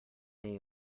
day